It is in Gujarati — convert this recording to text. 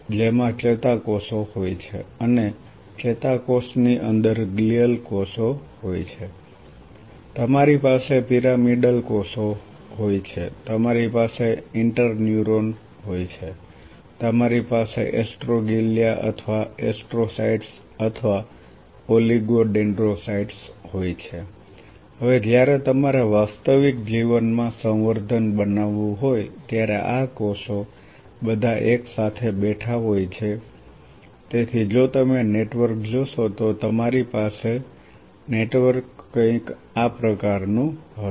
જેમાં ચેતાકોષો હોય છે અને ચેતાકોષની અંદર ગ્લિઅલ કોષો હોય છે તમારી પાસે પિરામિડલ કોષો હોય છે તમારી પાસે ઇન્ટરન્યુરોન હોય છે તમારી પાસે એસ્ટ્રોગ્લિયા અથવા એસ્ટ્રોસાયટ્સ અથવા ઓલિગોડેન્ડ્રોસાયટ્સ હોય છે હવે જ્યારે તમારે વાસ્તવિક જીવનમાં સંવર્ધન બનાવવું હોય ત્યારે આ કોષો બધા એકસાથે બેઠા હોય છે તેથી જો તમે નેટવર્ક જોશો તો તમારી પાસે છે નેટવર્ક કંઈક આ પ્રકારનું હશે